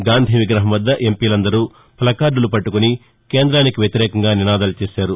గాంధీ విగ్రహం వద్ద ఎంపీలందరూ ప్లకార్డులు పట్టకుని కేంద్రానికి వ్యతిరేకంగా నినాదాలు చేశారు